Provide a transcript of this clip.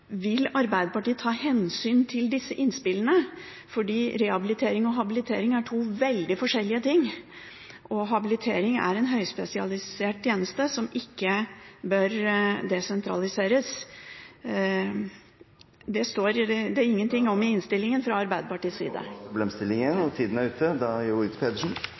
Vil Arbeiderpartiet ta hensyn til disse innspillene? Rehabilitering og habilitering er to veldig forskjellige ting, og habilitering er en høyspesialisert tjeneste som ikke bør desentraliseres. Det står det ingenting om i innstillingen fra Arbeiderpartiets side. Jeg er